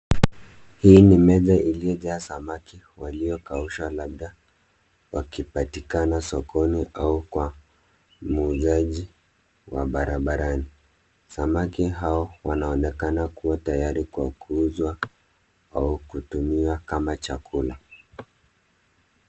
Hii ni meza iliyojaa samaki waliokaushwa labda wakipatikana sokoni au kwa muuzaji wa barabarani. Samaki hao wanaonekana kuwa tayari kwa kuuzwa au kutumia kama chakula.